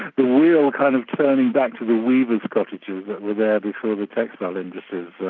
the wheel kind of turning back to the weavers' cottages that were there before the textile industries